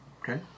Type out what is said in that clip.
Okay